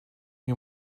you